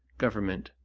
government,